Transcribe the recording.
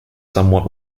somewhat